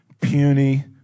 puny